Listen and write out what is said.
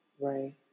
Right